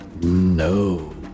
No